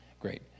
Great